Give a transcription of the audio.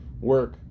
work